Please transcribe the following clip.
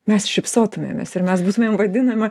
mes šypsotumėmės ir mes būtumėm vadinama